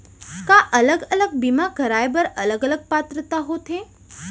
का अलग अलग बीमा कराय बर अलग अलग पात्रता होथे?